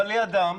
אבל לידם,